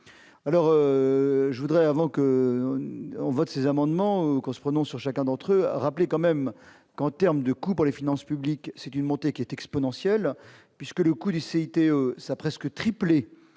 alors je voudrais avant qu'on vote ces amendements au on se prononce sur chacun d'entre eux à rappeler quand même qu'en terme de coût pour les finances publiques, c'est une montée qui est exponentielle, puisque le coût du c'était ça presque triplé